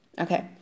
Okay